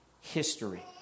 history